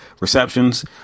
receptions